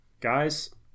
guys